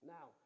Now